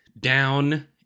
down